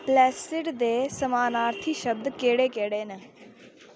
placid दे समानार्थी शब्द केह्ड़े केह्ड़े न